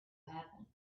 happen